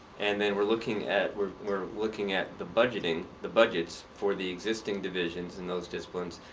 and then we're looking at we're we're looking at the budgeting, the budgets, for the existing divisions in those disciplines.